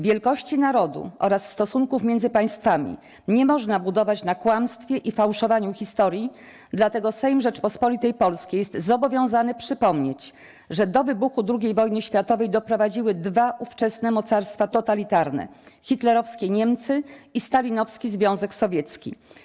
Wielkości narodu oraz stosunków między państwami nie można budować na kłamstwie i fałszowaniu historii, dlatego Sejm Rzeczypospolitej Polskiej jest zobowiązany przypomnieć, że do wybuchu II wojny światowej doprowadziły dwa ówczesne mocarstwa totalitarne: hitlerowskie Niemcy i stalinowski Związek Sowiecki.